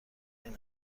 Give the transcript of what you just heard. این